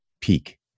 peak